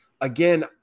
Again